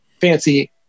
fancy